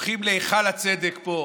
הולכים להיכל הצדק פה,